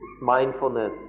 mindfulness